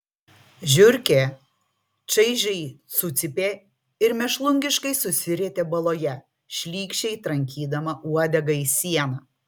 žiurkė čaižiai sucypė ir mėšlungiškai susirietė baloje šlykščiai trankydama uodegą į sieną